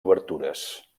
obertures